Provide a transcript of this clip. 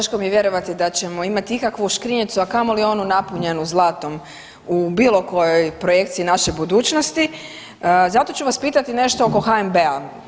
Teško mi je vjerovati da ćemo ikakvu škrinjicu, a kamoli onu napunjenu zlatom u bilo kojoj projekciji naše budućnosti, zato ću vas pitati nešto oko HNB-a.